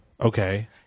Okay